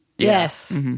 Yes